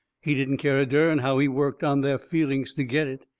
he didn't care a dern how he worked on their feelings to get it.